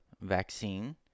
vaccine